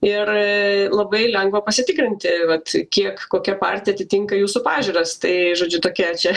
ir labai lengva pasitikrinti vat kiek kokia partija atitinka jūsų pažiūras tai žodžiu tokia čia